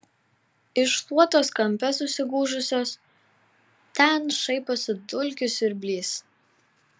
iš šluotos kampe susigūžusios ten šaiposi dulkių siurblys